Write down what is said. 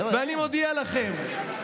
אני מודיע לכם,